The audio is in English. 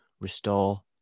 Restore